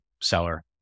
seller